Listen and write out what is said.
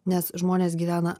nes žmonės gyvena